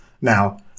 Now